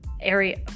area